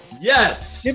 yes